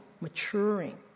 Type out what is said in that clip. maturing